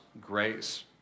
grace